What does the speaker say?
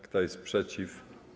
Kto jest przeciw?